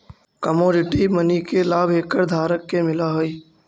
commodity money के लाभ एकर धारक के मिलऽ हई